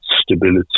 stability